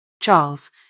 Charles